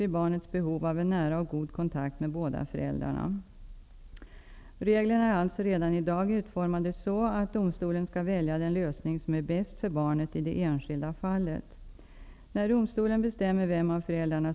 Sedan mars 1991 finns i föräldrabalken inskrivet att föräldrar har ett ansvar för att barn har rätt att vårdas av båda sina föräldrar.